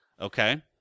Okay